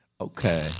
Okay